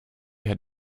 had